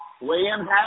Williams